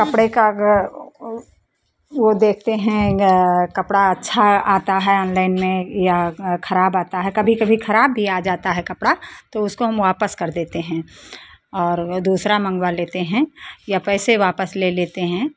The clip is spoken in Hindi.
कपड़े का अगर वो देखते हैं कपड़ा अच्छा आता है ऑनलाइन में या खराब आता है कभी कभी खराब भी आ जाता है कपड़ा तो उसको हम वापस कर देते हैं और दूसरा मंगवा लेते हैं या पैसे वापस ले लेते हैं